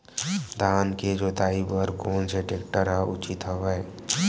धान के जोताई बर कोन से टेक्टर ह उचित हवय?